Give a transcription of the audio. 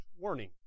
warning